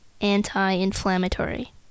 anti-inflammatory